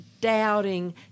doubting